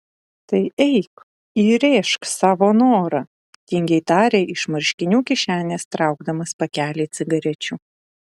tai eik įrėžk savo norą tingiai tarė iš marškinių kišenės traukdamas pakelį cigarečių